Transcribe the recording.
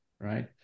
right